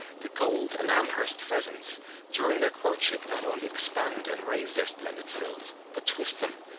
the gold and amherst pheasants during their courtship not only expand and raise their splendid frills, but twist them,